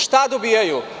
Šta dobijaju?